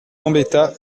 gambetta